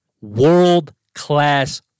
world-class